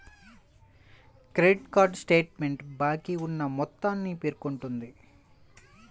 credit card statement బాకీ ఉన్న మొత్తాన్ని పేర్కొంటుంది